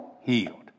healed